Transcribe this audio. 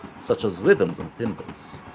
such as rhythms and timbres.